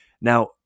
Now